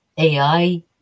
AI